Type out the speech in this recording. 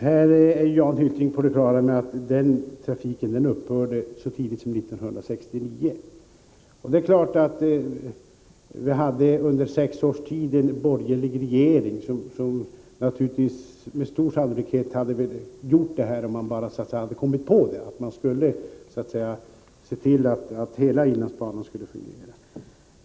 Herr talman! Jan Hyttring är på det klara med att den trafiken upphörde så tidigt som 1969. Vi hade under sex års tid borgerliga regeringar, som naturligtvis med stor sannolikhet hade gjort något åt detta — om man bara hade kommit på att man skulle se till att hela inlandsbanan skulle fungera!